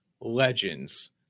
legends